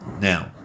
Now